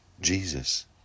Jesus